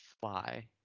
fly